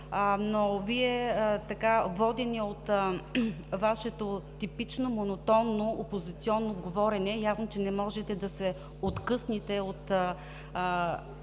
политика. Водени от Вашето типично монотонно опозиционно говорене, Вие явно не можете да се откъснете от